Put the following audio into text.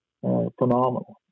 phenomenal